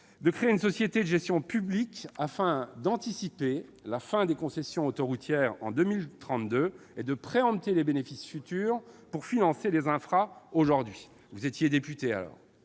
de créer une société de gestion publique afin d'anticiper la fin des concessions autoroutières en 2032 et de préempter les bénéfices futurs pour financer les infrastructures aujourd'hui. J'espère que vous